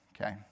Okay